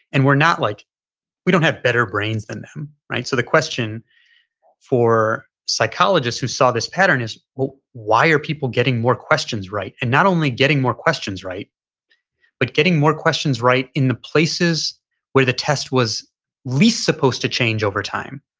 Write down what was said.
and we're not, like we don't have better brains than them. so the question for psychologists who saw this pattern is well why are people getting more questions right? and not only getting more questions right but getting more questions right in the places where the test was least supposed to change over time.